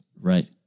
Right